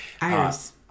Iris